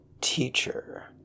Teacher